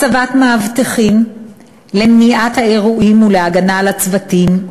הצבת מאבטחים למניעת האירועים ולהגנה על הצוותים,